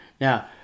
now